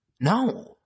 No